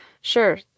sure